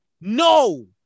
No